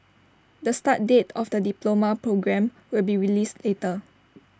the start date of the diploma programme will be released later